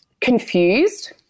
confused